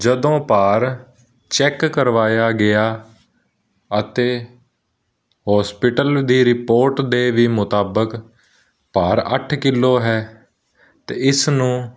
ਜਦੋਂ ਭਾਰ ਚੈੱਕ ਕਰਵਾਇਆ ਗਿਆ ਅਤੇ ਹੋਸਪਿਟਲ ਦੀ ਰਿਪੋਰਟ ਦੇ ਵੀ ਮੁਤਾਬਕ ਭਾਰ ਅੱਠ ਕਿੱਲੋ ਹੈ ਤਾਂ ਇਸਨੂੰ